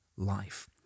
life